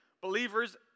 Believers